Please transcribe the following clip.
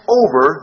over